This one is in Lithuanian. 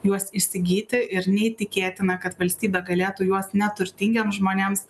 juos įsigyti ir neįtikėtina kad valstybė galėtų juos neturtingiems žmonėms